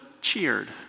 cheered